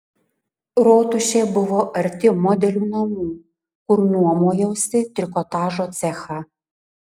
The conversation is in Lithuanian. rotušė buvo arti modelių namų kur nuomojausi trikotažo cechą